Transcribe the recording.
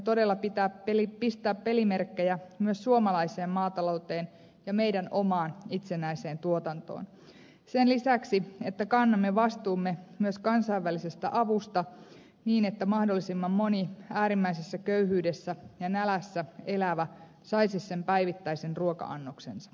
nyt pitää todella pistää pelimerkkejä myös suomalaiseen maatalouteen ja meidän omaan itsenäiseen tuotantoon sen lisäksi että kannamme vastuumme myös kansainvälisestä avusta niin että mahdollisimman moni äärimmäisessä köyhyydessä ja nälässä elävä saisi sen päivittäisen ruoka annoksensa